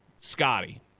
Scotty